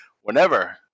whenever